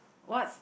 what's